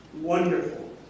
wonderful